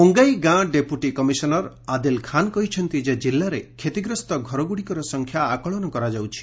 ବୋଙ୍ଗାଇ ଗାଁ deputy commissioner Adil Khan କହିଛନ୍ତି ଯେ ଜିଲ୍ଲାରେ କ୍ଷତିଗ୍ରସ୍ତ ଘରଗୁଡ଼ିକର ସଂଖ୍ୟା ଆକଳନ କରାଯାଉଛି